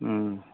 ம்